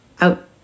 out